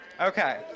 Okay